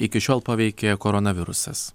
iki šiol paveikė koronavirusas